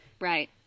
Right